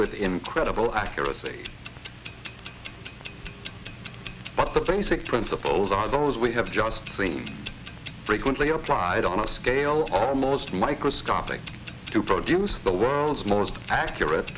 with incredible accuracy but the basic principles are those we have just seen frequently applied on a scale almost microscopic to produce the rounds most accurate